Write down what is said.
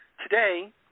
Today